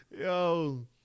Yo